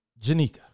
Janika